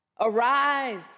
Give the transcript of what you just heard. Arise